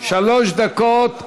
שלוש דקות לרשותך,